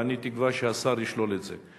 ואני תקווה שהשר ישלול את זה,